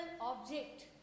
object